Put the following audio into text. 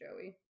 Joey